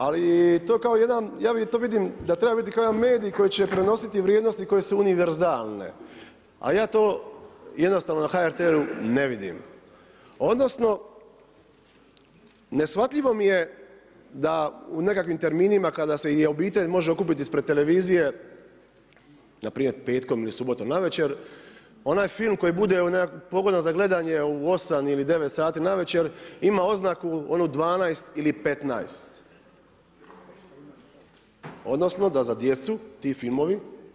Ali to kao jedan, ja to vidim da treba biti kao jedan medij koji će prenositi vrijednosti koje su univerzalne, a ja to jednostavno na HRT-u ne vidim, odnosno neshvatljivo mi je da u nekakvim terminima kada se i obitelj može okupiti ispred televizije na primjer petkom ili subotom navečer, onaj film koji bude pogodan za gledanje u 8 ili 9 sati navečer ima oznaku onu 12 ili 15, odnosno da za djecu ti filmovi nisu preporučeni.